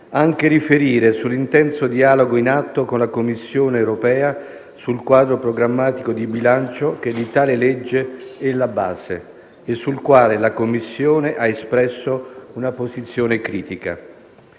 anche riferire sull'intenso dialogo in atto con la Commissione europea sul quadro programmatico di bilancio che di tale legge è la base e sul quale la Commissione ha espresso una posizione critica.